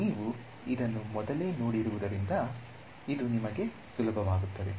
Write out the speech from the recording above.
ನೀವು ಇದನ್ನು ಮೊದಲೇ ನೋಡಿರುವುದರಿಂದ ಇದು ನಿಮಗೆ ಸುಲಭವಾಗುತ್ತದೆ